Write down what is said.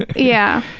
yeah.